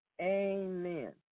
Amen